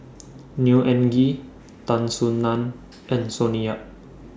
Neo Anngee Tan Soo NAN and Sonny Yap